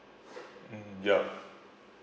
mm ya